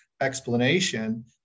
explanation